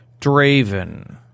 Draven